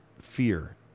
fear